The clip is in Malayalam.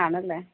ആണല്ലേ